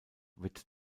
wird